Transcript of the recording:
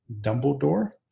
Dumbledore